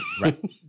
Right